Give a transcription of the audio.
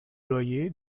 loyers